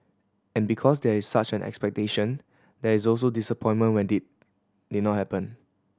and because there is such an expectation there is also disappointment when did did not happen